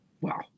Wow